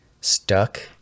stuck